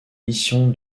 mission